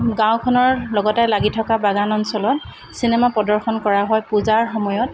গাঁৱখনৰ লগতে লাগি থকা বাগান অঞ্চলত চিনেমা প্ৰদৰ্শন কৰা হয় পূজাৰ সময়ত